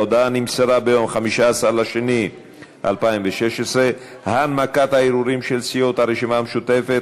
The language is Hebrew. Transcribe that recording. ההודעה נמסרה ביום 15 בפברואר 2016. הנמקת הערעורים של סיעות הרשימה המשותפת